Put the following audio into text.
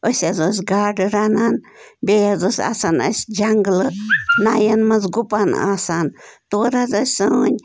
أسۍ حظ ٲسۍ گاڈٕ رَنان بیٚیہِ حظ ٲسۍ آسان اَسہِ جنگلہٕ ناین منٛز گُپن آسان تورٕ حظ ٲسۍ سٲنۍ